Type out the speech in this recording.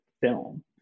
film